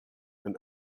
and